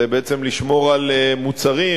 זה בעצם לשמור על מוצרים,